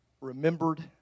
remembered